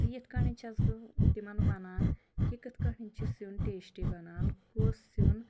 تہٕ یِتھ کٲٹھۍ چھیٚس بہٕ تِمَن وَنان کہِ کٕتھ کٲٹھۍ چھُ سیٛن ٹیسٹی بَنان کُس سیٛن